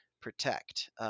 protect